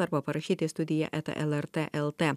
arba parašyti į studiją eta lrt lt